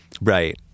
Right